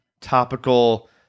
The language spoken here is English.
topical